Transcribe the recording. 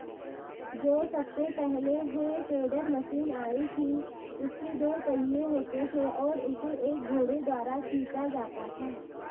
जो सबसे पहले हे टेडर मशीन आई थी उसके दो पहिये होते थे और उसे एक घोड़े द्वारा खीचा जाता था